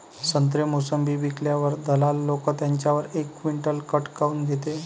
संत्रे, मोसंबी विकल्यावर दलाल लोकं त्याच्यावर एक क्विंटल काट काऊन घेते?